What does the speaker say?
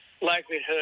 likelihood